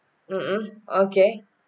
mmhmm okay